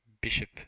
Bishop